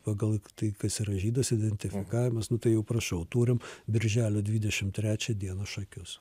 pagal tai kas yra žydas identifikavimas nu tai jau prašau turim birželio dvidešimt trečią dieną šakius